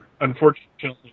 Unfortunately